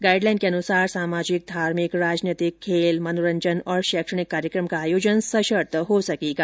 guideline के अनुसार सामाजिक धार्मिक राजनीतिक खेल मनोरंजन और शैक्षणिक कार्यक्रम का आयोजन सशर्त हो सकेंगा